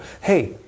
Hey